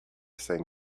saying